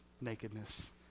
nakedness